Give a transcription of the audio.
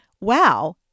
wow